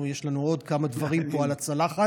יש לנו עוד כמה דברים פה על הצלחת.